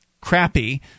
crappy